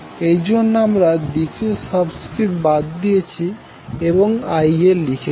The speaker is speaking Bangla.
এইজন্য আমরা দ্বিতীয় সাবস্ক্রিপ্ট বাদ দিয়েছি এবং Ia লিখেছি